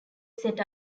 set